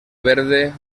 verde